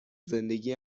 زندگی